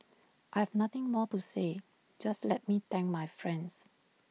I have nothing more to say just let me thank my friends